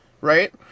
right